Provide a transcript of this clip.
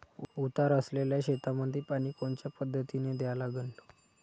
उतार असलेल्या शेतामंदी पानी कोनच्या पद्धतीने द्या लागन?